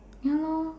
ya lor